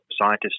scientists